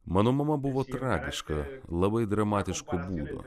mano mama buvo tragiška labai dramatiško būdo